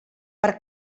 per